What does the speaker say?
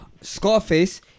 Scarface